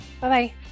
Bye-bye